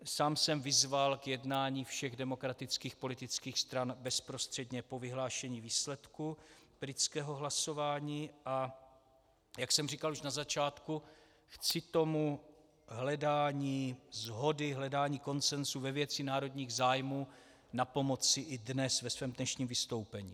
Sám jsem vyzval k jednání všech demokratických politických stran bezprostředně po vyhlášení výsledku britského hlasování, a jak jsem říkal už na začátku, chci tomu hledání shody, hledání konsenzu ve věci národních zájmů, napomoci i dnes ve svém dnešním vystoupení.